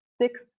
six